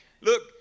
Look